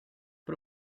but